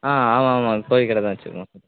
ஆ ஆமாம்மா கோழிக் கடை தான் வச்சிருக்கோம்